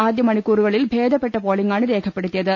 ആദ്യമണിക്കൂറുകളിൽ ഭേദപ്പെട്ട പോളിംഗാണ് രേഖ പ്പെടുത്തിയത്